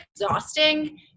exhausting